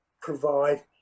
provide